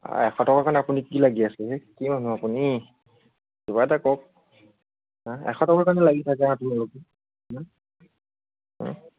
এশ টকাৰ কাৰণে আপুনি কি লাগি আছেহে কি মানুহ আপুনি কিবা এটা কৰক এশ টকাৰ কাৰণে লাগি থাকে আপোনালোকে